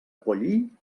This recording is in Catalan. pollí